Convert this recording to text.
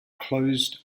closed